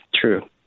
true